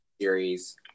series